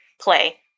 play